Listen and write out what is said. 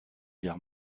guerre